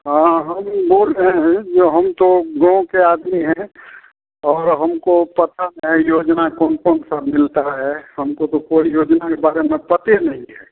हाँ हम यह बोल रहे हैं जो हम तो गाँव के आदमी हैं और हमको पता नहीं जो जहाँ कौन कौन सब मिलता है हमको तो योजना के बारे में पता नहीं है